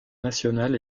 national